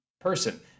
person